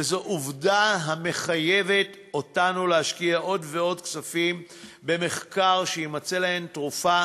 וזו עובדה המחייבת אותנו להשקיע עוד ועוד כספים במחקר שימצא להן תרופה